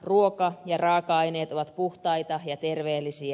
ruoka ja raaka aineet ovat puhtaita ja terveellisiä